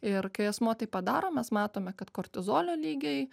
ir kai asmuo tai padaro mes matome kad kortizolio lygiai